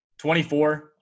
24